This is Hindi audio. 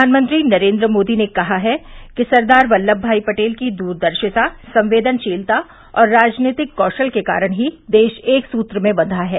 प्रधानमंत्री नरेन्द्र मोदी ने कहा है कि सरदार बल्लममाई पटेल की दूरदर्शिता संवेदनशीलता और राजनीतिक कौशल के कारण ही देश एक सूत्र में बंघा है